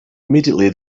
immediately